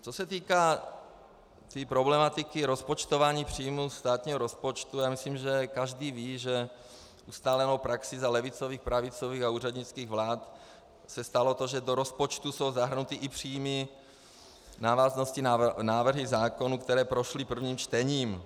Co se týká problematiky rozpočtování příjmů státního rozpočtu, já myslím, že každý ví, že ustálenou praxí za levicových, pravicových a úřednických vlád se stalo to, že do rozpočtu jsou zahrnuty i příjmy v návaznosti na návrhy zákonů, které prošly prvním čtením.